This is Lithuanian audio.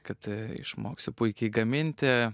kad išmoksiu puikiai gaminti